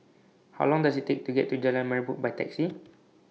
How Long Does IT Take to get to Jalan Merbok By Taxi